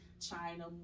China